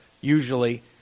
Usually